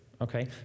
Okay